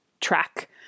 track